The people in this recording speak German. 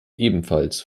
ebenfalls